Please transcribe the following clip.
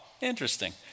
interesting